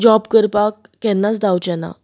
job करपाक केन्नाच धांवचेना